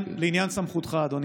אדוני השר, לעניין סמכותך: